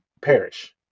perish